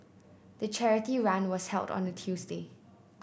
the charity run was held on a Tuesday